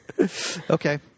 okay